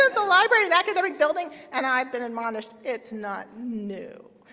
the library an academic building? and i've been admonished it's not, no.